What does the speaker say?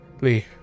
Lee